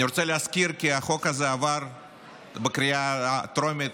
אני רוצה להזכיר כי החוק הזה עבר בקריאה הטרומית